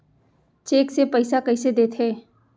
Cheque से पइसा कइसे देथे?